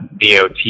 DOT